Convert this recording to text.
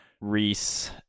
Reese